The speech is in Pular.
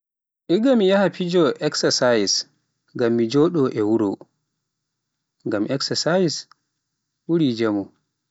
Igga mi yaha fijo eksasayis ngam mi jooɗo e wuro, ngam eksasayis ɓuri jaamu.